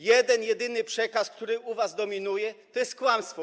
Jeden jedyny przekaz, który u was dominuje, to jest kłamstwo.